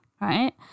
right